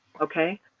Okay